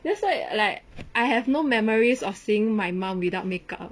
that's why like I have no memories of seeing my mum without makeup